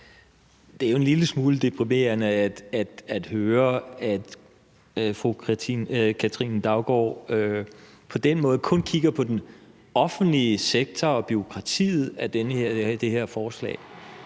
Det er jo en lille smule deprimerende at høre, at fru Katrine Daugaard på den måde kun kigger på den offentlige sektor og bureaukratiet i det her forslag.